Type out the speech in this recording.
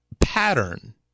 pattern